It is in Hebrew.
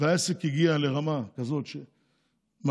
והעסק הגיע לרמה כזאת מפחידה,